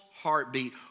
heartbeat